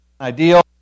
ideal